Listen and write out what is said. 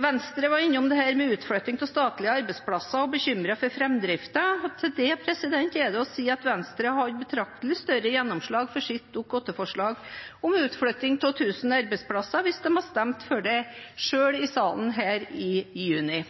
Venstre var innom dette med utflytting av statlige arbeidsplasser og var bekymret for framdriften. Til det er det å si at Venstre hadde hatt betraktelig større gjennomslag for sitt Dokument 8-forslag om utflytting av 1 000 arbeidsplasser hvis de hadde stemt for det selv i salen her i juni.